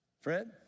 Fred